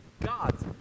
gods